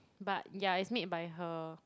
but yeah it's made by her